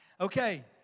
Okay